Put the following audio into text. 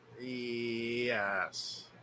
Yes